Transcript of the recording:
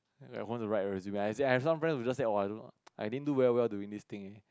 what's the right resume I said I have some friends who just say oh I didn't do very well into these things